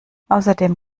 außerdem